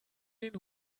den